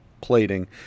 plating